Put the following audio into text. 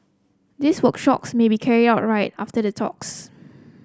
these workshops may be carried out right after the talks